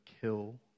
kill